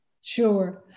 Sure